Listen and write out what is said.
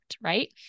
right